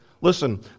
listen